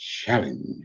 challenge